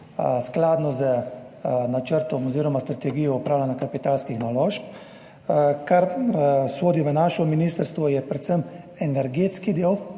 skladno z načrtom oziroma strategijo upravljanja kapitalskih naložb, kar sodi v naše ministrstvo, je predvsem energetski del,